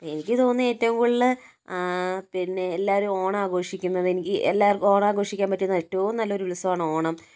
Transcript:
എനിക്ക് തോന്നുന്നത് ഏറ്റവും കൂടുതൽ പിന്നെ എല്ലാവരും ഓണമാഘോഷിക്കുന്നത് എനിക്ക് ഓണമാഘോഷിക്കാൻ പറ്റുന്ന ഏറ്റവും നല്ല ഉത്സവമാണ് ഓണം